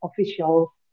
official